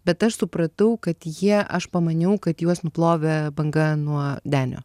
bet aš supratau kad jie aš pamaniau kad juos nuplovė banga nuo denio